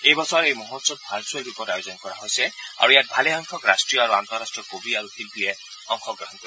এই বছৰত এই মহোৎসৱ ভাৰ্চুৱেল ৰূপত আয়োজন কৰা হৈছে আৰু ইয়াত ভালেসংখ্যক ৰাষ্ট্ৰীয় আৰু আন্তঃৰাষ্ট্ৰীয় কবি আৰু শিল্পীয়ে অংশগ্ৰহণ কৰিব